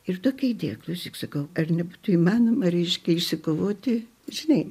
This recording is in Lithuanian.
ir tokia idėja klausyk sakau ar nebūtų įmanoma reiškia išsikovoti žinai